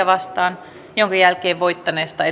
vastaan minkä jälkeen voittaneesta